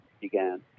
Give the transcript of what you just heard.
began